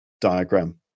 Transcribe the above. diagram